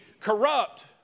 corrupt